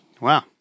Wow